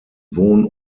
wohn